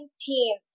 team